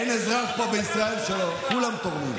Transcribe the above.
אין אזרח פה בישראל שלא כולם תורמים.